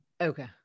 okay